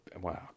wow